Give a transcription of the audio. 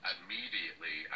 Immediately